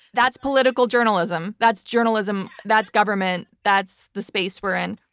that's political journalism. that's journalism. that's government. that's the space we're in.